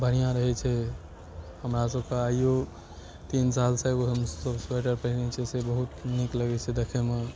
बढ़िआँ रहै छै हमरासभके आइयो तीन सालसँ एगो हम स्वेटर पहिरैत छी से बहुत नीक लगै छै देखैमे